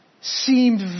seemed